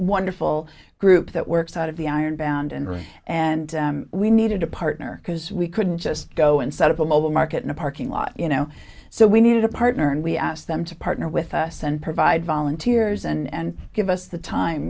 wonderful group that works out of the iron bound and ring and we needed a partner because we couldn't just go inside of the local market in a parking lot you know so we needed a partner and we asked them to partner with us and provide volunteer years and give us the time